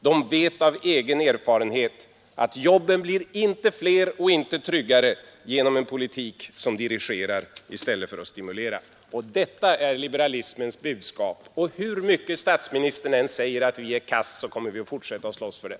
De vet av egen erfarenhet att jobben inte blir fler och inte tryggare genom en politik som dirigerar i stället för att stimulera. Detta är liberalismens budskap, och hur mycket statsministern än säger att vi är ”kass” så kommer vi att fortsätta att slåss för det.